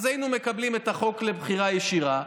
היינו מקבלים את החוק לבחירה ישירה,